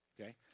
okay